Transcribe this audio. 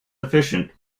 efficient